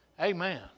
Amen